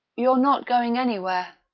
you're not going anywhere,